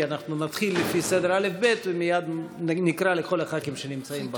כי אנחנו נתחיל לפי סדר האל"ף-בי"ת ומייד נקרא לכל הח"כים שנמצאים בחוץ.